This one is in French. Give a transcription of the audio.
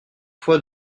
fois